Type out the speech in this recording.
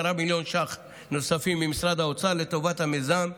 מיליון ש"ח נוספים ממשרד האוצר לטובת המיזם,